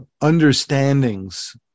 understandings